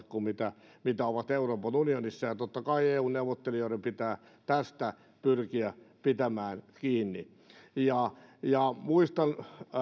kuin mitä mitä ovat euroopan unionissa totta kai eun neuvottelijoiden pitää tästä pyrkiä pitämään kiinni muistan